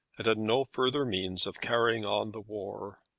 and had no further means of carrying on the war.